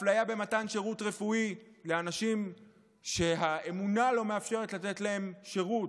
אפליה במתן שירות רפואי לאנשים שהאמונה לא מאפשרת לתת להם שירות,